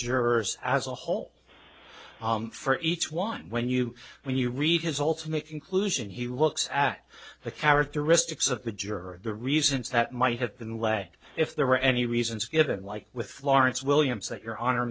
jurors as a whole for each one when you when you read his ultimate conclusion he looks at the characteristics of the juror the reasons that might have been lay if there were any reasons given like with lawrence williams that your honor